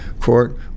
court